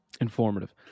Informative